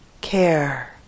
care